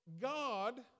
God